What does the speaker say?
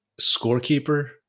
scorekeeper